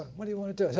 what do you want to do?